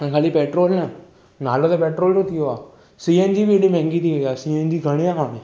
ख़ाली पेट्रोल न नालो त पेट्रोल जो थी वियो आहे सी एन जी बि हेॾी महांगी थी वेइ आहे सी एन जी घणे आहे हाणे